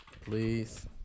please